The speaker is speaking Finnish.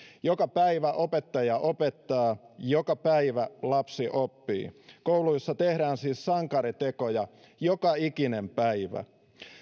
joka päivä opettaja opettaa joka päivä lapsi oppii kouluissa tehdään siis sankaritekoja joka ikinen päivä